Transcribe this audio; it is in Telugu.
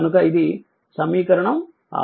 కనుక ఇది సమీకరణం 6